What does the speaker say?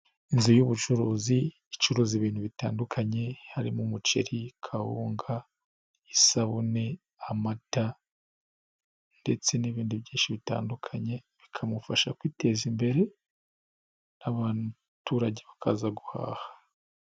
inzu y'ubucuruzi icuruza ibintu bitandukanye harimo; umuceri ,kawunga ,isabune ,amata ,ndetse n'ibindi byinshi bitandukanye bikamufasha kwiteza imbere abaturage bakaza guhaha.